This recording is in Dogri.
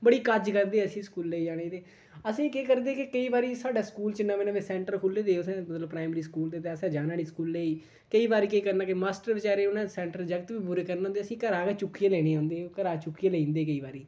बड़ी कज्ज करदे अस स्कूलै गी जाने ते असेंगी केह् करदे ते केईं बारी साढ़े स्कूल च नमें नमें सैंटर खुल्ले दे तुसें मतलब प्राइमरी स्कूल दे ते असें जाना नेईं स्कूलै गी केईं बारी केह् करना कि मास्टर बचैरे उ'नें सैंटर जागत बी नेईं पूरे करन होंदे असेंगी घरै गै चुक्कियै लैने गी औंदे ओह् घरै चुक्कियै लेई जंदे केईं बारी